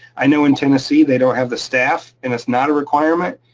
i know in tennessee, they don't have the staff, and it's not a requirement.